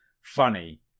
funny